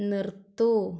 നിർത്തൂ